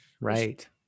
Right